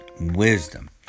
wisdom